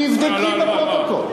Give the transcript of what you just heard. תבדקי בפרוטוקול.